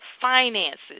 finances